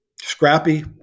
scrappy